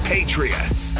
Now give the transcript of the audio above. Patriots